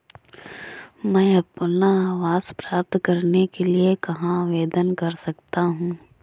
मैं अपना आवास प्राप्त करने के लिए कहाँ आवेदन कर सकता हूँ?